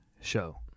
show